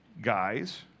Guys